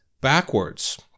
backwards